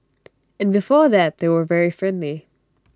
and before that they were very friendly